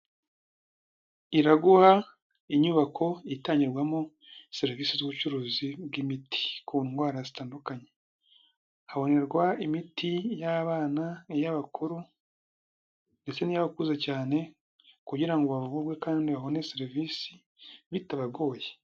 Iraguha inyubako itangirwamo serivisi z'ubucuruzi bw'imiti ku ndwara zitandukanye, habonerwa imiti y'abana, iy'abakuru, ndetse n'iyabakuze cyane kugira ngo bavurwe kandi babone serivisi bitabagoye.